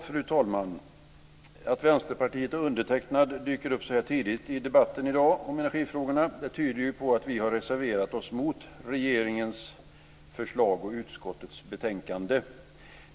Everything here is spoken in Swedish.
Fru talman! Att Vänsterpartiet och undertecknad dyker upp så här tidigt i debatten om energifrågorna i dag tyder ju på att vi har reserverat oss mot regeringens förslag och utskottets hemställan.